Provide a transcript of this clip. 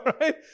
right